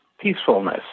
peacefulness